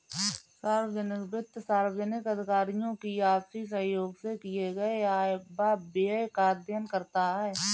सार्वजनिक वित्त सार्वजनिक अधिकारियों की आपसी सहयोग से किए गये आय व व्यय का अध्ययन करता है